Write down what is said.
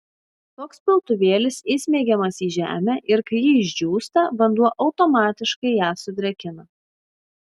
toks piltuvėlis įsmeigiamas į žemę ir kai ji išdžiūsta vanduo automatiškai ją sudrėkina